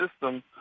system